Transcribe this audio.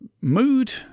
mood